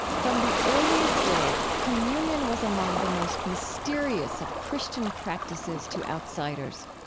from the earliest days, communion was among the most mysterious of christian practices to outsiders.